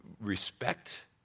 respect